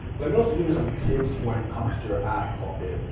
let me also give you some tips when it comes to your ad copy.